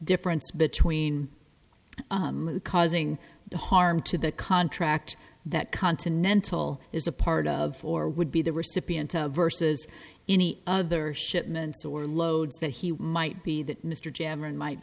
difference between causing harm to the contract that continental is a part of or would be the recipient of versus any other shipments or loads that he might be that m